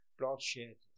bloodshed